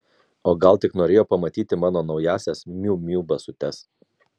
o gal tik norėjo pamatyti mano naująsias miu miu basutes